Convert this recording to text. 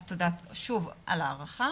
אז שוב, תודה על ההערכה.